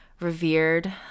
revered